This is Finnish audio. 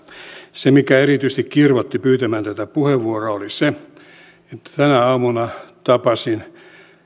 se mikä erityisesti kirvoitti pyytämään tätä puheenvuoroa oli se että tänä aamuna tapasin